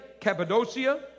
Cappadocia